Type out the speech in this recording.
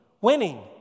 Winning